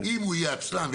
כן.